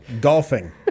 golfing